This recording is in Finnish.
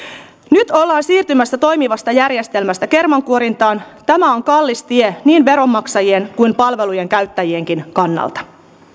nyt ollaan siirtymässä toimivasta järjestelmästä kermankuorintaan tämä on kallis tie niin veronmaksajien kuin palvelujen käyttäjienkin kannalta